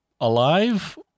alive